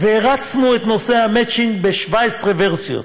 הרצנו את נושא המצ'ינג ב-17 ורסיות.